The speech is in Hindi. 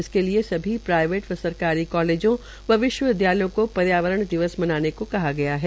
इसके लिए सभी प्राइवेज व सरकारी कालेजों व विश्वविद्यालयों को पौधारोपण दिवस मनाने को कहा गया है